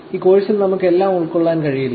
ഈ കോഴ്സിൽ നമുക്ക് എല്ലാം ഉൾക്കൊള്ളാൻ കഴിയില്ല